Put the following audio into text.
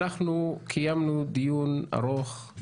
אנחנו קיימנו דיון ארוך,